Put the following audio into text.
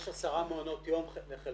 יש עשרה מעונות יום וחלקם,